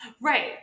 Right